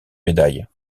médaille